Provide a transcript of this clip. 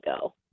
go